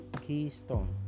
keystone